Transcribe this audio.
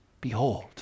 behold